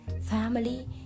family